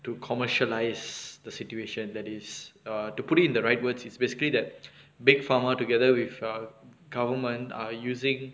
to commercialise the situation that is err to put it in the right words is basically that big pharmaceutical together with government are using